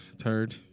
turd